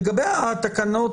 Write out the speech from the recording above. לגבי ההגעה.